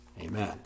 Amen